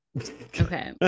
okay